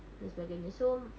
dan sebagainya so